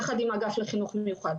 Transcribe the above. יחד עם אגף לחינוך מיוחד.